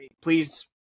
Please